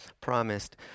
promised